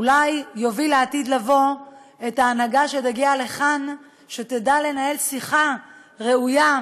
אולי זה יוביל לעתיד לבוא שההנהגה שתגיע לכאן תדע לנהל שיחה ראויה,